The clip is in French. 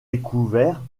découvert